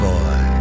Boy